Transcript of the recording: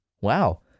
wow